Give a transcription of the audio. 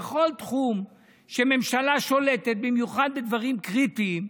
בכל תחום שממשלה שולטת בו, במיוחד בדברים קריטיים,